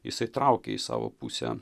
jisai traukė į savo pusę